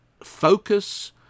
focus